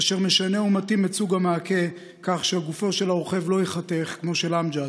אשר משנה ומתאים את סוג המעקה כך שגופו של הרוכב לא ייחתך כמו של אמג'ד,